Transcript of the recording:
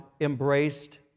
embraced